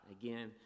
Again